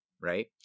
right